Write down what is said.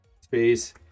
space